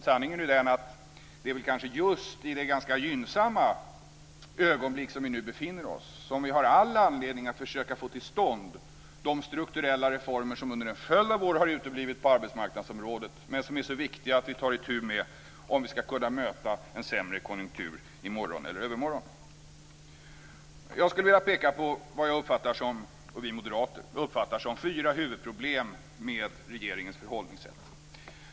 Sanningen är ju den att det kanske är just i det ganska gynnsamma ögonblick som vi nu befinner oss som vi har anledning att försöka få till stånd de strukturella reformer som under en följd av år har uteblivit på arbetsmarknadsområdet, men som det är så viktigt att vi tar itu med om vi ska kunna möta en sämre konjunktur i morgon eller övermorgon. Jag skulle vilja peka på det som vi moderater uppfattar som fyra huvudproblem med regeringens förhållningssätt.